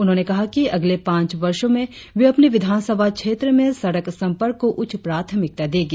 उन्होंने कहा कि अगले पांच वर्षों में वे अपने विधानसभा क्षेत्र में सड़क संपर्क को उच्च प्राथमिकता देगी